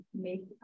make